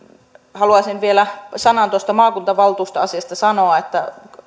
haluaisin vielä sanan tuosta maakuntavaltuustoasiasta sanoa